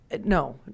no